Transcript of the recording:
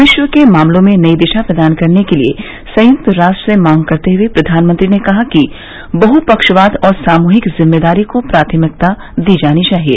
विश्व के मामलों में नयी दिशा प्रदान करने के लिए संयुक्त राष्ट्र से मांग करते हए प्रधानमंत्री ने कहा कि बह पक्षवाद और सामूहिक जिम्मेदारी को प्राथमिकता दी जानी चाहिए